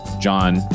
John